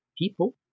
People